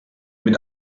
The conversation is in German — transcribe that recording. mit